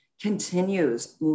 continues